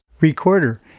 Recorder